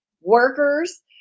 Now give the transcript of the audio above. workers